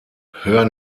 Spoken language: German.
hör